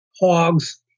hogs